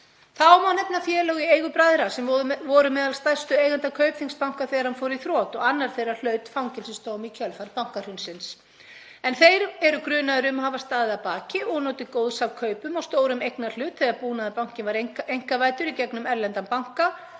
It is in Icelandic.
Þá má nefna félög í eigu bræðra sem voru meðal stærstu eigenda Kaupþingsbanka þegar hann fór í þrot og annar þeirra hlaut fangelsisdóm í kjölfar bankahrunsins. Þeir eru grunaðir um að hafa staðið að baki og notið góðs af kaupum á stórum eignarhlut þegar Búnaðarbankinn var einkavæddur í gegnum erlendan banka